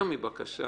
יותר מבקשה